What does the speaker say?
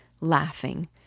laughing